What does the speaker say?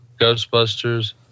Ghostbusters